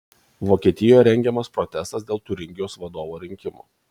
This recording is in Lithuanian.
vokietijoje rengiamas protestas dėl tiuringijos vadovo rinkimų